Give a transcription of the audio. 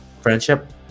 friendship